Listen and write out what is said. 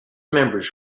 members